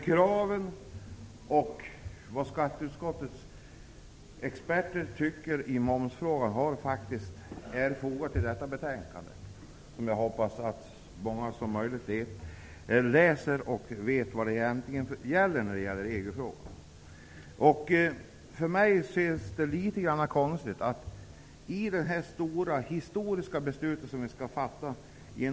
Men det skatteutskottets experter anser i momsfrågan är faktiskt fogat till detta betänkande, som jag hoppas att så många som möjligt läser för att veta vad som egentligen gäller i regelfrågan. Vi skall nu fatta ett historiskt beslut om att bolagisera Posten.